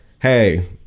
Hey